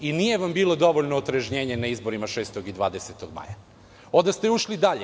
I nije vam bilo dovoljno otrežnjenje na izborima 6. i 20. maja, onda ste išli dalje.